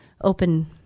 open